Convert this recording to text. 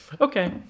Okay